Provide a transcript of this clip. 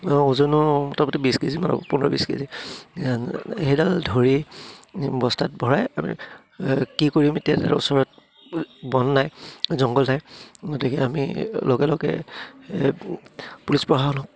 আৰু ওজনো মুটামুটি বিছ কেজিমান পোন্ধৰ বিছ কেজি সেইডাল ধৰি বস্তাত ভৰাই আমি কি কৰিম এতিয়া ওচৰত বন নাই জংঘল নাই গতিকে আমি লগে লগে পুলিচ প্ৰশাসনক